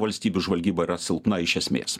valstybių žvalgyba yra silpna iš esmės